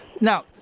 Now